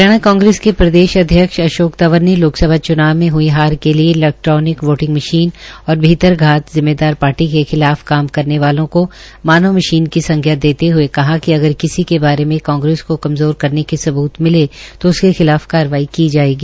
हरियाणा कांग्रेस के प्रदेश अध्यक्ष अशोक तंवर ने लोकसभा चुनाव में हई हार के लिये इलैक्ट्रोनिक वोटिंग मशीन और भीतरधात जिम्मेदार पार्टी के खिलाफ काम करने वालों को मानव मशीन का संज्ञा देते हये कहा कि अगर किसी के सब्त मिले तो उसके खिलाफ कार्रवाई की जायेगी